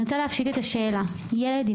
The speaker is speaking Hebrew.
אני רוצה לפשט את השאלה: ילד עם